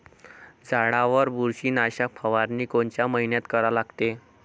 झाडावर बुरशीनाशक फवारनी कोनच्या मइन्यात करा लागते?